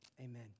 Amen